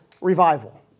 revival